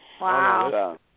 Wow